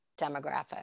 demographic